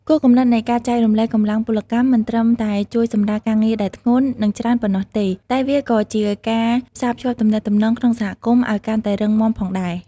គោលគំនិតនៃការចែករំលែកកម្លាំងពលកម្មមិនត្រឹមតែជួយសម្រាលការងារដែលធ្ងន់ និងច្រើនប៉ុណ្ណោះទេ តែវាក៏ជាការផ្សារភ្ជាប់ទំនាក់ទំនងក្នុងសហគមន៍ឱ្យកាន់តែរឹងមាំផងដែរ។